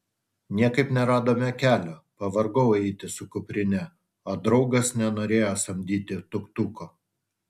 niekaip neradome kelio pavargau eiti su kuprine o draugas nenorėjo samdyti tuk tuko